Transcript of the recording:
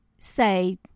say